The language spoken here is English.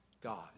God